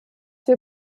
wir